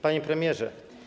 Panie Premierze!